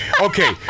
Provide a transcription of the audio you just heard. Okay